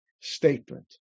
statement